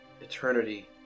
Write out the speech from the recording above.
eternity